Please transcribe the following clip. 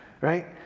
right